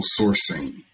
sourcing